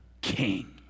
king